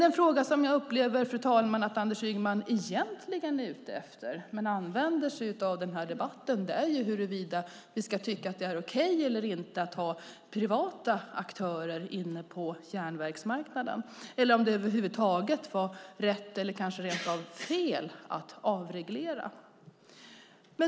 Den fråga jag upplever att Anders Ygeman egentligen är ute efter och därför använder sig av den här debatten är huruvida vi ska tycka att det är okej att ha privata aktörer inne på järnvägsmarknaden eller om det var fel att avreglera.